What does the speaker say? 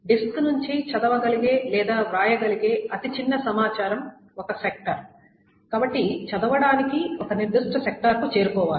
disc నుండి చదవగలిగే లేదా వ్రాయగలిగే అతిచిన్న సమాచారం ఒక సెక్టార్ కాబట్టి చదవడానికి ఒక నిర్దిష్ట సెక్టార్ కి చేరుకోవాలి